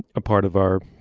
a part of our.